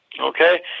okay